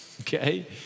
Okay